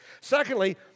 Secondly